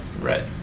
Right